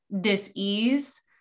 dis-ease